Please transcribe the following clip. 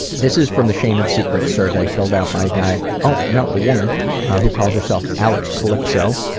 this is from the shame and secrets survey, filled out by a guy oh no, a woman who calls herself alex calypso.